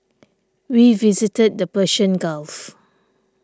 we visited the Persian Gulf